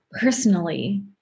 personally